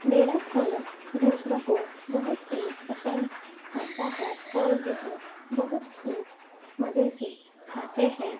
میرا کھانا دوسروں کو بہت ہی پسند رہتا ہے اور وہ بہت ہی مزے سے کھاتے ہیں